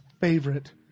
favorite